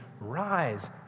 rise